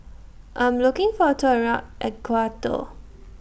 I'm looking For A Tour around Ecuador